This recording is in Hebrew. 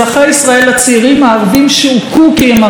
הצעירים הערבים שהוכו כי הם ערבים.